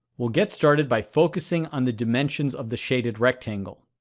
we'll get started by focusing on the dimensions of the shaded rectangle.